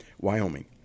Wyoming